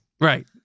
right